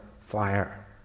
fire